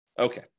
Okay